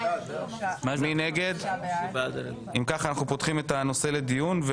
הצבעה נתקבלה אם כך אנחנו פותחים את הנושא לדיון.